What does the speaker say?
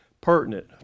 pertinent